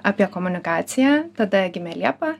apie komunikaciją tada gimė liepa